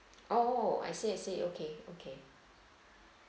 oh I see I see okay okay